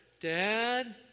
Dad